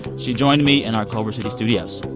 she joined me in our culver city studios.